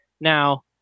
Now